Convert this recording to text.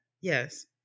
Yes